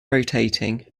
rotating